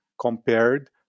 compared